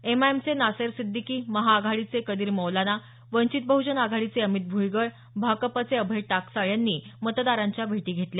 एमआयएमचे नासेर सिद्दीकी महाआघाडीचे कदीर मौलाना वंचित बहुजन आघाडीचे अमित भूईगळ भाकपचे अभय टाकसाळ यांनी मतदारांच्या भेटी घेतल्या